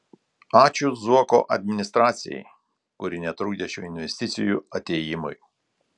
ačiū zuoko administracijai kuri netrukdė šių investicijų atėjimui